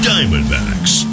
Diamondbacks